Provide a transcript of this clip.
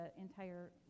entire